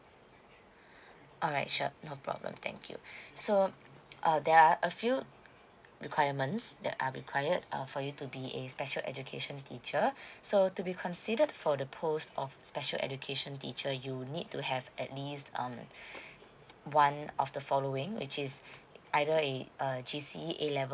alright sure no problem thank you so uh there are a few requirements that are required uh for you to be a special education teacher so to be considered for the post of special education teacher you need to have at least um one of the following which is either a uh G_C_E A level